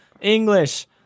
English